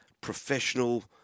professional